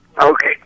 Okay